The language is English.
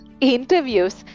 interviews